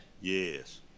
yes